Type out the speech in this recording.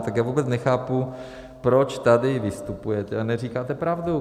Tak já vůbec nechápu, proč tady vystupujete a neříkáte pravdu.